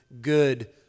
good